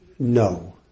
No